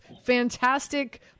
fantastic